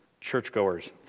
churchgoers